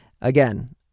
Again